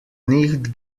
nicht